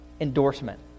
endorsement